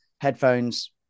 headphones